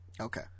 Okay